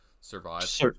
survive